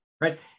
right